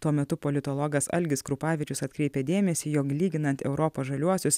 tuo metu politologas algis krupavičius atkreipė dėmesį jog lyginant europos žaliuosius